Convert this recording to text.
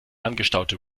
angestaute